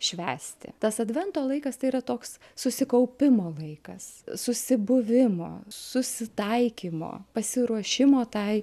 švęsti tas advento laikas tai yra toks susikaupimo laikas susibuvimo susitaikymo pasiruošimo tai